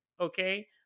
Okay